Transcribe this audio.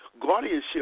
Guardianship